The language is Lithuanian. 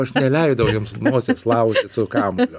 aš neleidau jums nosies laužyt su kamuoliu